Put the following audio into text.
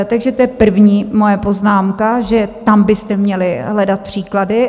Takže je první moje poznámka, že tam byste měli hledat příklady.